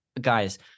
guys